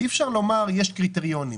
אי אפשר לומר שיש קריטריונים.